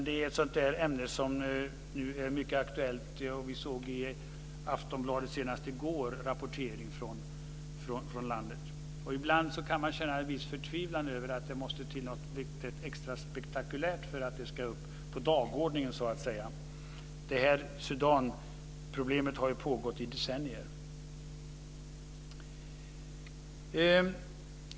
Det är ett ämne som är aktuellt. Vi såg senast i går i Aftonbladet en rapportering från landet. Ibland går det att känna en viss förtvivlan över att det måste till något extra spektakulärt för att det ska komma upp på dagordningen. Sudanproblemet har pågått i decennier.